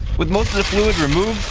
with most of the fluid removed,